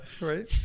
right